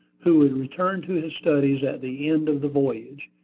who would return to his studies at the end of the voyage.